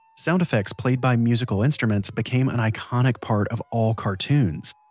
sound effects played by musical instruments became an iconic part of all cartoons.